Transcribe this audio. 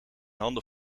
handen